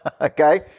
okay